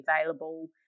available